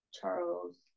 Charles